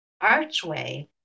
Archway